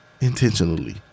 intentionally